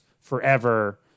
forever